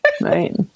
Right